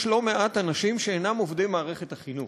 לא-מעט אנשים שאינם עובדי מערכת החינוך,